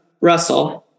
Russell